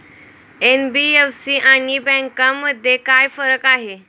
NBFC आणि बँकांमध्ये काय फरक आहे?